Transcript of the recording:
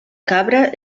cabra